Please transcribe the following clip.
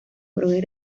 proveer